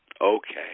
Okay